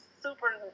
super